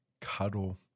cuddle